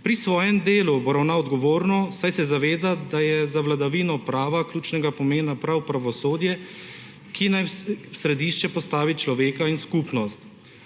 Pri svojem delu bo ravnal odgovorno, saj se zaveda, da je za vladavino prava ključnega pomena prav pravosodje, ki naj v središče postavi človeka in skupnost.